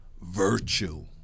virtue